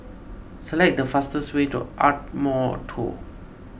select the fastest way to Ardmore two